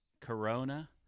Corona